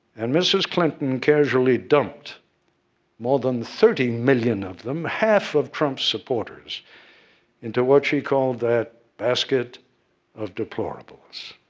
and mrs. clinton casually dumped more than thirty million of them half of trump's supporters into what she called that basket of deplorables.